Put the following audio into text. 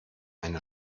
eine